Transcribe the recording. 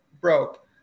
broke